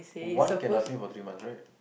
one can last me for three months right